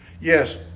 Yes